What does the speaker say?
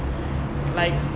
like